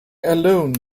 alone